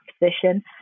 position